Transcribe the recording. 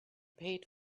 paid